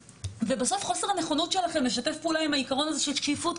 ובסוף חוסר הנכונות שלכם לשתף פעולה עם העיקרון הזה של שקיפות,